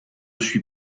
suis